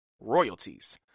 royalties